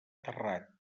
terrat